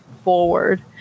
Forward